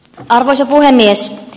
arvoisa puhemies